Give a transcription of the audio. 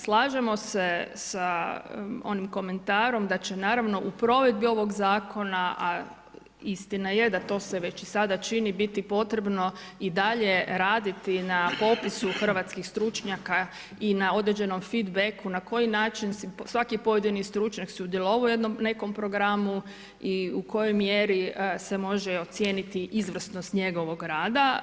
Slažemo se sa onim komentarom da će naravno u provedbi ovog zakona, a istina je to se već sada čini, biti potrebno i dalje raditi na popisu hrvatskih stručnjaka i na određenom feed backu na koji način će se svaki pojedini stručnjak sudjelovao u nekom programu, i u kojoj mjeri se može ocijeniti izvrsnost njegova rada.